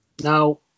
Now